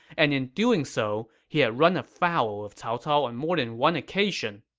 and in doing so, he had run afoul of cao cao on more than one occasion.